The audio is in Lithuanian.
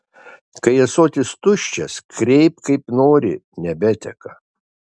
kai ąsotis tuščias kreipk kaip nori nebeteka